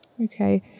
okay